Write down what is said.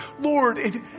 Lord